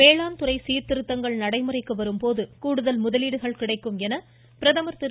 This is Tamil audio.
வேளாண்துறை சீர்திருத்தங்கள் நடைமுறைக்கும் வரும் போது கூடுதல் முதலீடுகள் கிடைக்கும் என பிரதமர் திரு